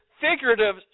figurative